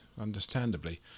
understandably